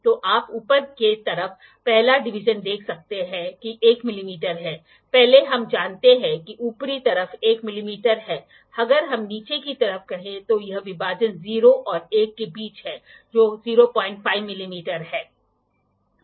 तो आप ऊपर की तरफ पहला डिवीजन देख सकते हैं कि 1 मिमी है पहले हम जानते हैं कि ऊपरी तरफ 1 मिमी है अगर हम नीचे की तरफ कहें तो यह विभाजन 0 और 1 के बीच है जो 05 मिमी है